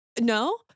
no